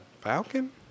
Falcon